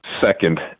second